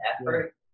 effort